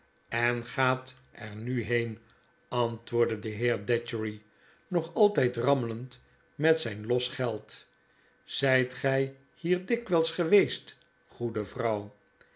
en gaat ernuheen antwoord de de heer datchery nog altyd rammelend met zjjn los geld zyt ge hier dikwijls geweest goede vrouw